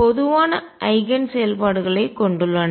பொதுவான ஐகன் செயல்பாடுகளைக் கொண்டுள்ளன